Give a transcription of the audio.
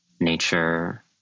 nature